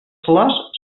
flors